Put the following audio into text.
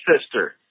sister